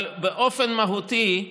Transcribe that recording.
אבל באופן מהותי,